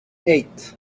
eight